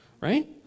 Right